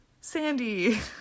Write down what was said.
Sandy